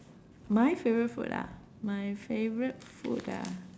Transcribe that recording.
my favourite food ah my favourite food ah